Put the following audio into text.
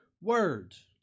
words